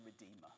redeemer